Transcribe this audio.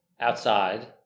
outside